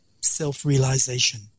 self-realization